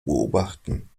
beobachten